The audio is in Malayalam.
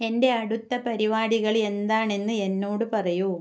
എൻ്റെ അടുത്ത പരിപാടികൾ എന്താണെന്ന് എന്നോട് പറയൂ